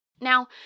Now